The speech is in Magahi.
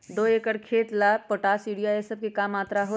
दो एकर खेत के ला पोटाश, यूरिया ये सब का मात्रा होई?